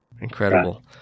incredible